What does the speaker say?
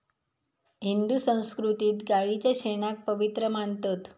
हिंदू संस्कृतीत गायीच्या शेणाक पवित्र मानतत